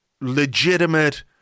legitimate